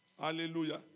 Hallelujah